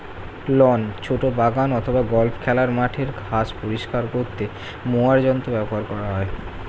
loan, ছোট বাগান অথবা গল্ফ খেলার মাঠের ঘাস পরিষ্কার করতে মোয়ার যন্ত্র ব্যবহার করা হয়